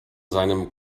seinem